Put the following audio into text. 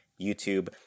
YouTube